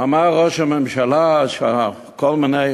אמר ראש הממשלה כל מיני